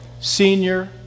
Senior